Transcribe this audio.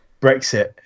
brexit